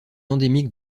endémique